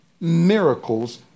Miracles